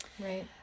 right